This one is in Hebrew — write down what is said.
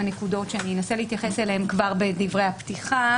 נקודות שאני אנסה להתייחס אליהן כבר בדברי הפתיחה